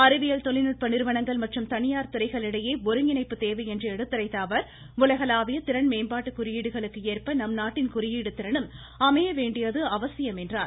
அறிவியல் தொழில்நுட்ப நிறுவன்கள் மற்றும் தனியார் துறைகளிடையே ஒருங்கிணைப்பு தேவை என்று எடுத்துரைத்த அவர் உலகளாவிய திறன் மேம்பாட்டு குறியீடுகளுக்கு ஏற்ப நம்நாட்டின் குறியீடு திறனும் அமைய வேண்டியது அவசியம் என்றார்